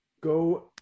go